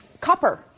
copper